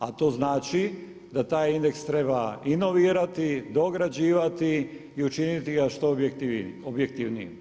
A to znači da taj indeks treba i novirati, dograđivati i učiniti ga što objektivnijim.